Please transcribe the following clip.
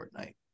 fortnite